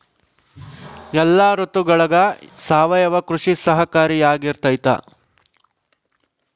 ಎಲ್ಲ ಋತುಗಳಗ ಸಾವಯವ ಕೃಷಿ ಸಹಕಾರಿಯಾಗಿರ್ತೈತಾ?